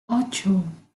ocho